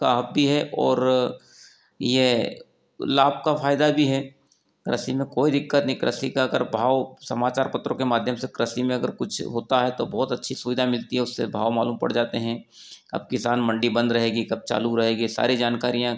का हब भी है और यह लाभ का फायदा भी है कृषि में कोई दिक्कत नहीं कृषि का अगर भाव समाचार पत्रों के माध्यम से कृषि में अगर कुछ होता है तो बहुत अच्छी सुविधा मिलती है उससे भाव मालूम पड़ जाते हैं अब किसान मंडी बंद रहेगी कब चालू रहेगी ये सारी जानकारियाँ